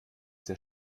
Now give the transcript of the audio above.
sehr